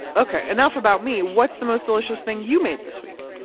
okay, enough about me. what's the most delicious thing you made this week?